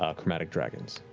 ah chromatic dragons.